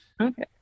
okay